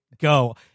go